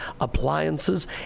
appliances